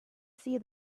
see